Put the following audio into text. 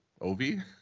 Ovi